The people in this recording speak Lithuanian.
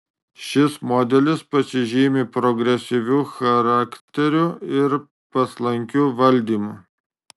šis modelis pasižymi progresyviu charakteriu ir paslankiu valdymu